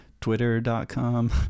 twitter.com